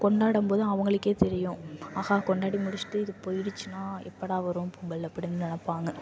கொண்டாடும்போது அவங்களுக்கே தெரியும் ஆஹா கொண்டாடி முடிச்சிட்டு இது போய்டுச்சுன்னா எப்படா வரும் பொங்கல் அப்படின்னு நினப்பாங்க